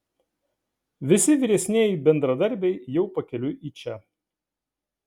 visi vyresnieji bendradarbiai jau pakeliui į čia